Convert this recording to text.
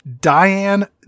Diane